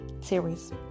series